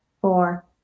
four